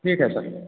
ठीक है सर